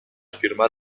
firmar